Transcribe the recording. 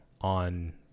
on